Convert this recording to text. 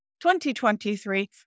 2023